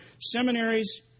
seminaries